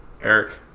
Eric